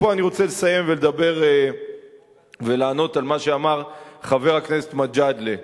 ופה אני רוצה לסיים ולדבר ולענות על מה שאמר חבר הכנסת מג'אדלה,